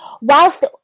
Whilst